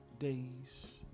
Days